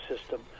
system